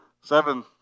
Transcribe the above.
Seven